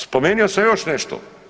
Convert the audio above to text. Spomenuo sam još nešto.